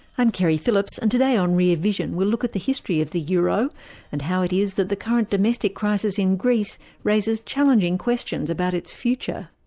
i'm keri phillips, and today on rear vision we'll look at the history of the euro and how it is that the current domestic crisis in greece raises challenging questions about its future.